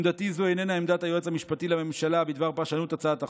עמדתי זו איננה עמדת היועצת המשפטית לממשלה בדבר פרשנות הצעת החוק.